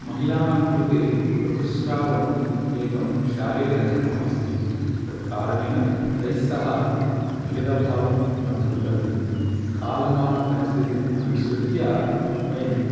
महिलानां कृते ऋतुस्रावम् एकं शारीरिकधर्मम् अस्ति तत्कारणेन तैस्सह भेदभावं न भवितव्यं कालमानपरिस्थितिम् अनुसृत्य वयं